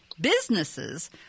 Businesses